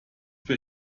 bei